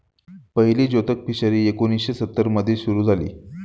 पहिली जोतक फिशरी एकोणीशे सत्तर मध्ये सुरू झाली